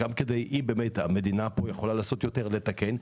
צריך לראות אם באמת המדינה פה יכולה לעשות יותר כדי לתקן.